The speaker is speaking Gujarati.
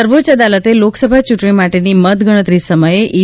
સર્વોચ્ચ અદાલતે લોકસભા ચૂંટણી માટેની મતગણતરી સમયે ઇ